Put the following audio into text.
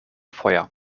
feuer